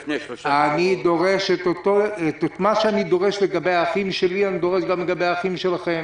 את מה שאני דורש לגבי האחים שלי אני דורש גם לגבי האחים שלכם.